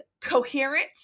coherent